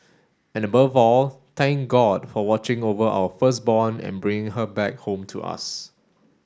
and above all thank God for watching over our firstborn and bringing her back home to us